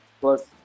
Plus